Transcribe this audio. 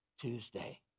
Tuesday